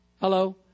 Hello